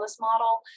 model